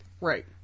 Right